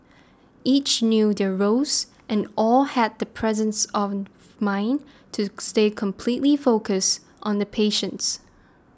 each knew their roles and all had the presence of mind to stay completely focused on the patients